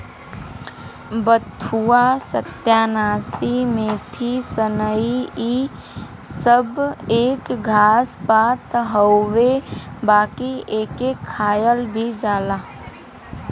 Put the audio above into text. बथुआ, सत्यानाशी, मेथी, सनइ इ सब एक घास पात हउवे बाकि एके खायल भी जाला